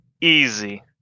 Easy